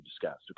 discussed